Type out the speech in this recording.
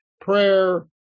prayer